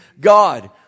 God